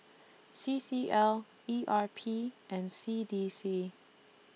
C C L E R P and C D C